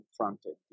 confronted